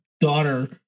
daughter